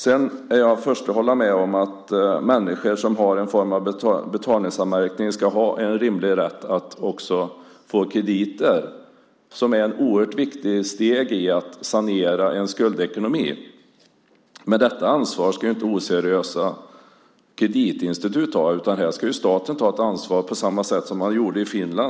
Jag är den förste att hålla med om att människor som har någon form av betalningsanmärkning ska ha en rimlig rätt att få krediter. Det är ett oerhört viktigt steg i att sanera en skuldekonomi. Men detta ansvar ska inte oseriösa kreditinstitut ta, utan här ska staten ta ett ansvar på samma sätt som den gjorde i Finland.